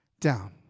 down